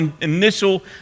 initial